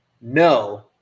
no